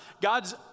God's